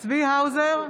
צבי האוזר,